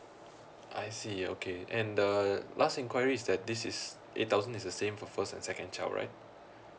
I see okay and the last inquiry is that this is eight thousand is the same for first and second child right